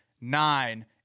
nine